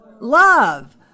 Love